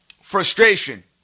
frustration